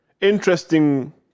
Interesting